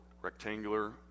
rectangular